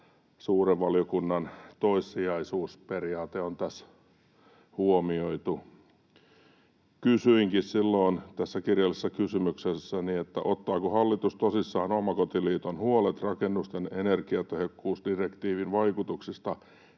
suuren valiokunnan toissijaisuusperiaate on tässä huomioitu. Kysyinkin silloin tässä kirjallisessa kysymyksessäni, ottaako hallitus tosissaan Omakotiliiton huolet rakennusten energiatehokkuusdirektiivin vaikutuksista